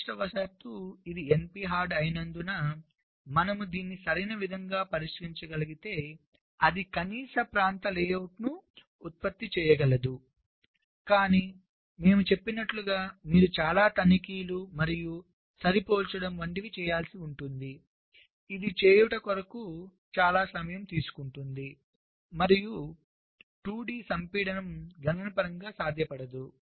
దురదృష్టవశాత్తు ఇది NP hard అయినందున మనము దీన్ని సరైన విధంగా పరిష్కరించగలిగితే అది కనీస ప్రాంత లేఅవుట్ను ఉత్పత్తి చేయగలదు కానీ మేము చెప్పినట్లుగా మీరు చాలా తనిఖీలు మరియు సరిపోల్చడం వంటివి చేయాల్సి ఉంటుంది ఇది చేయటం కొరకు చాలా సమయం తీసుకుంటుంది మరియు 2d సంపీడనం గణనపరంగా సాధ్యపడదు